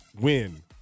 win